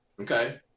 Okay